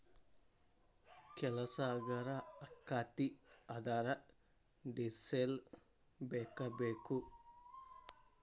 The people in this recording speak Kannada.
ಕೆಲಸಾ ಹಗರ ಅಕ್ಕತಿ ಆದರ ಡಿಸೆಲ್ ಬೇಕ ಬೇಕು